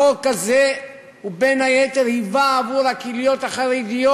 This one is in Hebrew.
החוק הזה בין היתר היווה עבור הקהילות החרדיות